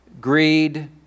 greed